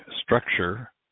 structure